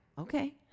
okay